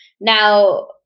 Now